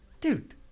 dude